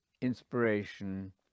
Inspiration